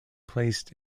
placed